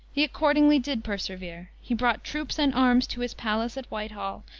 he accordingly did persevere. he brought troops and arms to his palace at whitehall,